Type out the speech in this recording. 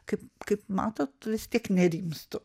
kaip kaip matot vis tik nerimstu